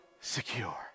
secure